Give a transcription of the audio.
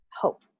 hope